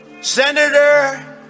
Senator